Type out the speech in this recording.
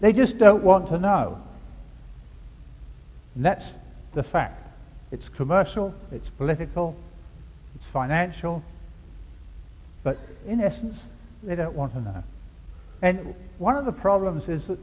they just don't want to know and that's the fact it's commercial it's political it's financial but in essence they don't want to know and one of the problems is